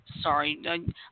Sorry